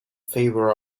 favor